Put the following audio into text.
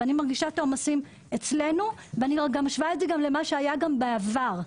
ואני מרגישה את העומסים אצלנו ומשווה אותם למה שהיה בעבר.